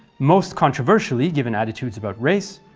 most controversially given attitudes about race,